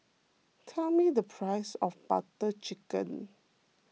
tell me the price of Butter Chicken